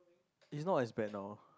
is not as bad now